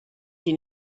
die